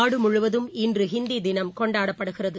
நாடு முழுவதும் இன்று ஹிந்தி தினம் கொண்டாடப்படுகிறது